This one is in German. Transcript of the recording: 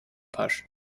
pasch